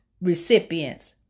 recipients